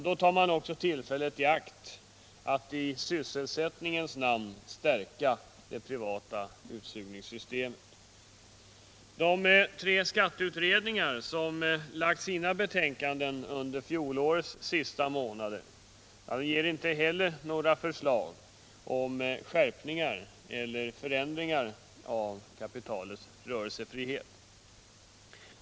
Då tar man också tillfället i akt att i De tre skatteutredningar som lagt fram sina betänkanden under fjolårets sista månader ger inte heller några förslag om skärpningar eller förändringar av kapitalets rörelsefrihet.